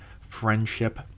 Friendship